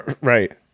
Right